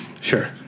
Sure